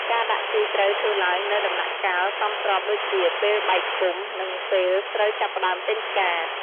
ការដាក់ជីត្រូវធ្វើឡើងនៅដំណាក់កាលសមស្របដូចជា ពេលបែកគុម្ព និងពេលស្រូវចាប់ផ្ដើមចេញផ្កា។